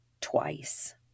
twice